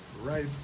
right